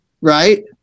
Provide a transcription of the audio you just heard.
right